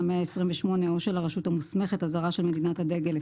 128 או של הרשות המוסמכת הזרה של מדינת דגל,